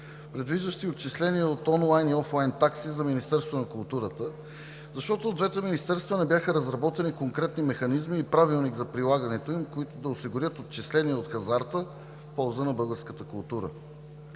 предвиждащи отчисления от онлайн и от офлайн такси за Министерството на културата, защото от двете министерства не бяха разработени конкретни механизми и Правилник за прилагането им, които да осигурят отчисления от хазарта в полза на българската култура.